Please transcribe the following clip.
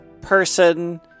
person